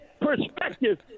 Perspective